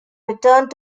returned